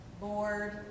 board